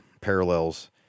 parallels